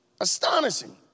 Astonishing